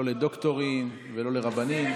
לא לדוקטורים ולא לרבנים.